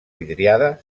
vidriada